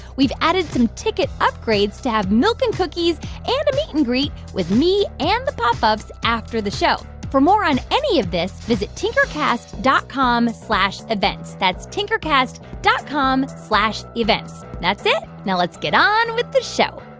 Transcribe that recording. we've added some ticket upgrades to have milk and cookies and a meet-and-greet with me and the pop ups after the show. for more on any of this, visit tinkercast dot com slash events. that's tinkercast dot com slash events. that's it. now let's get on with the show